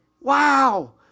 Wow